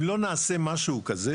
אם לא נעשה משהו כזה,